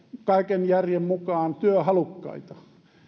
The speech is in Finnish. kaiken järjen mukaan työhalukkaita